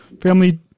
family